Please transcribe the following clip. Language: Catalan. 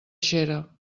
xera